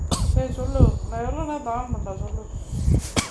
சரி சொல்லு நா எவளோ நேரோ தான்:sari sollu naa evalo nero thaan on பண்றது சொல்லு:pandrathu sollu